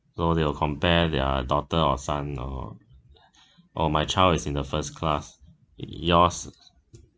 so they will compare their daughter or son or or my child is in the first class yours